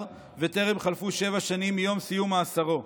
וטרם חלפו שבע שנים מיום סיום מאסרו.